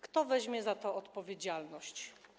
Kto weźmie za to odpowiedzialność?